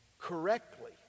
correctly